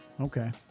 Okay